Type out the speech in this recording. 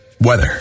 Weather